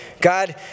God